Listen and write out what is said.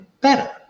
better